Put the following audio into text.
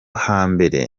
hambere